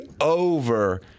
over